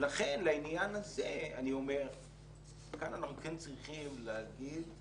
ולכן לעניין הזה אני אומר: כאן אנחנו כן צריכים להגיד,